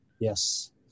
Yes